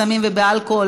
בסמים ובאלכוהול,